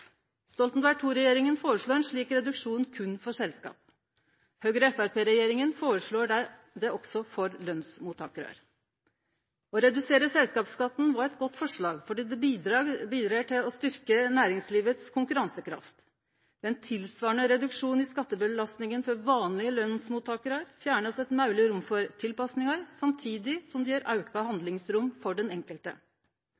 Stoltenberg II-regjeringa foreslo ein slik reduksjon berre for selskap. Høgre–Framstegsparti-regjeringa foreslår det også for lønsmottakarar. Å redusere selskapsskatten var eit godt forslag, fordi det bidreg til å styrkje næringslivet sin konkurransekraft. Ved ein tilsvarande reduksjon i skattebelastinga for vanlege lønsmottakarar fjernast eit mogleg rom for tilpassingar, samtidig som det gir auka